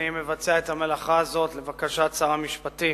אני מבצע את המלאכה הזאת לבקשת שר המשפטים.